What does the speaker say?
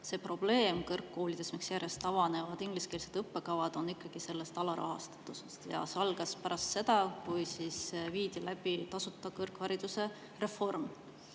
see probleem kõrgkoolides, miks järjest avatakse ingliskeelseid õppekavasid, on alarahastatusest. See algas pärast seda, kui viidi läbi tasuta kõrghariduse reform.